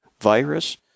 virus